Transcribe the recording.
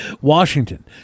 Washington